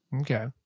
Okay